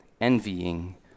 envying